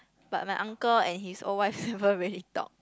but my uncle and his old wife never really talk